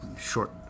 short